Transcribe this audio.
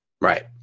right